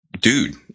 dude